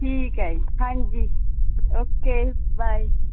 ਠੀਕ ਹੈ ਜੀ ਹਾਂਜੀ ਓਕੇ ਬਾਏ